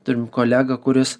turim kolegą kuris